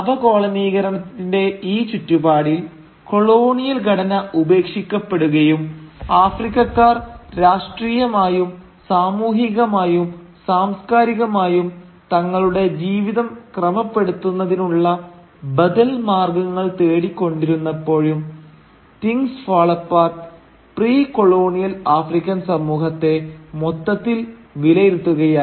അപകോളനീകരണത്തിന്റെ ഈ ചുറ്റുപാടിൽ കൊളോണിയൽ ഘടന ഉപേക്ഷിക്കപ്പെടുകയും ആഫ്രിക്കക്കാർ രാഷ്ട്രീയമായും സാമൂഹികമായും സാംസ്കാരികമായും തങ്ങളുടെ ജീവിതം ക്രമപ്പെടുത്തുന്നതിനുള്ള ബദൽ മാർഗങ്ങൾ തേടി കൊണ്ടിരുന്നപ്പോഴും 'things fall apart' pre colonial African സമൂഹത്തെ മൊത്തത്തിൽ വിലയിരുത്തുകയായിരുന്നു